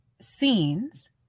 scenes